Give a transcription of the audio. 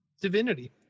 divinity